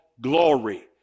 glory